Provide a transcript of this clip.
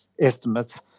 estimates